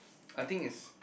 I think is